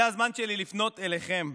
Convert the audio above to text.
זה הזמן שלי לפנות אליכם.